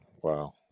wow